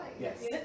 Yes